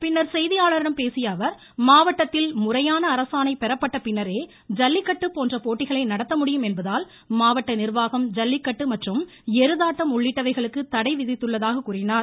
பின்னர் செய்தியாளர்களிடம் பேசியஅவர் மாவட்டத்தில் முறையான அரசாணை பெறப்பட்டபின்னரே ஜல்லிக்கட்டு போட்டிகளை நடத்த முடியும் என்பதால் மாவட்ட நிர்வாகம் ஜல்லிக்கட்டு மற்றும் எருதாட்டம் உள்ளிட்டவைகளுக்கு தடை விதித்துள்ளதாக கூறினார்